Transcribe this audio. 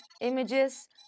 images